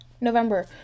November